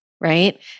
right